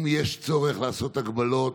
אם יש צורך לעשות הגבלות,